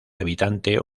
habitante